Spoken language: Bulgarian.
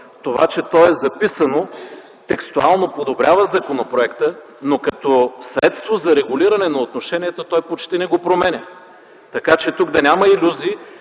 Това, че то е записано текстуално, подобрява законопроекта, но като средство за регулиране на отношенията почти не го променя. Тук да няма илюзии,